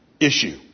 Issue